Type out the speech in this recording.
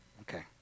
Okay